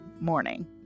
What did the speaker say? morning